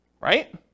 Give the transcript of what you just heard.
right